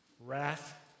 wrath